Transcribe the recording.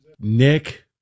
Nick